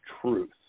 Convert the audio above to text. truth